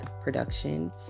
production